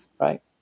right